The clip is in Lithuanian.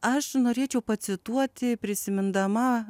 aš norėčiau pacituoti prisimindama